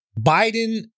Biden